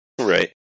Right